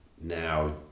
now